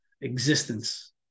existence